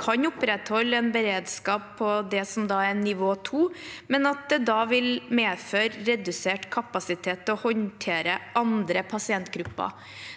kan opprettholde en beredskap på det som er nivå 2, men at det vil medføre en redusert kapasitet til å håndtere andre pasientgrupper.